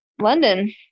London